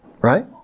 right